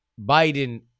Biden